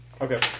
Okay